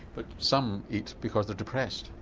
but some eat because they are depressed.